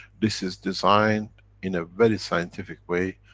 this is designed in a very scientific way,